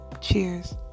Cheers